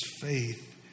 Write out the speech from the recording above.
faith